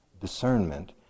discernment